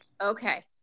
okay